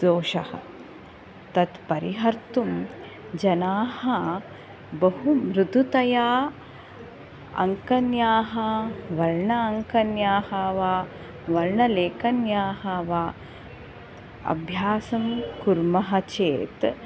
दोषः तत्परिहर्तुं जनाः बहुमृदुतया अङ्कन्याः वर्ण अङ्कन्याः वा वर्णलेखन्याः वा अभ्यासं कुर्मः चेत्